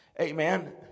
Amen